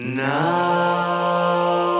now